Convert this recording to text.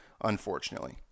unfortunately